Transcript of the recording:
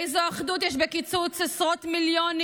איזו אחדות יש בקיצוץ עשרות מיליונים